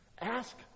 Ask